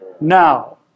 now